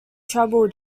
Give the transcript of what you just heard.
treble